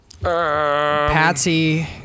Patsy